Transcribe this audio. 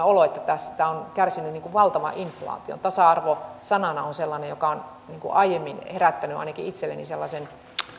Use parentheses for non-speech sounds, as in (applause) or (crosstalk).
(unintelligible) olo että tämä on kärsinyt valtavan inflaation tasa arvo sanana on sellainen joka on aiemmin herättänyt ainakin itselleni sellaisen